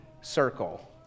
circle